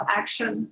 action